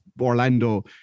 orlando